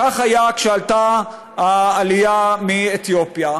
כך היה כשעלתה העלייה מאתיופיה,